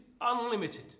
unlimited